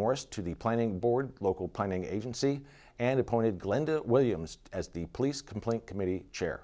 morris to the planning board local planning agency and appointed glenda williams as the police complaint committee chair